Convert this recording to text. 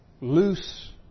loose